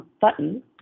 button